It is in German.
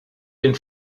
den